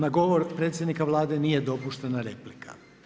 Na govor predsjednika Vlade nije dopuštena replika.